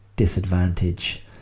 Disadvantage